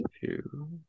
Two